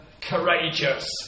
courageous